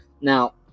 Now